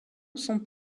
sont